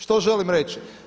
Što želim reći?